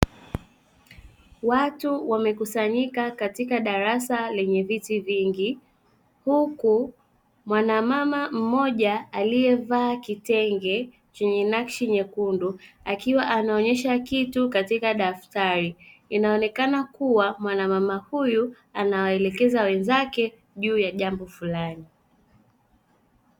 Watu wamekusanyika katika darasa lenye viti vingi huku mwanamama mmoja aliyevaa kitenge chenye nakshi nyekundu akiwa anaonyesha kitu katika daftari inaonekana kuwa mwana mama huyu anawaelekeza wenzake juu ya jambo fulani.